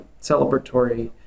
celebratory